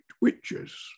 witches